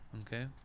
Okay